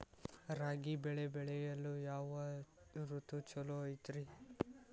ರಾಗಿ ಬೆಳೆ ಬೆಳೆಯಲು ಯಾವ ಋತು ಛಲೋ ಐತ್ರಿ?